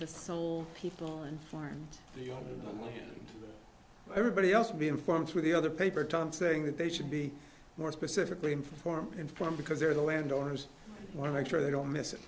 saw people inform everybody else be informed through the other paper time saying that they should be more specifically informed informed because they're the land owners want to make sure they don't miss it